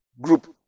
group